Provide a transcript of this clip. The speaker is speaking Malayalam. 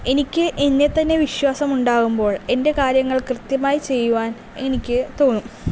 എനിക്ക് എന്നെ തന്നെ വിശ്വാസം ഉണ്ടാകുമ്പോൾ എൻ്റെ കാര്യങ്ങൾ കൃത്യമായി ചെയ്യുവാൻ എനിക്ക് തോന്നും